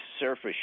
surface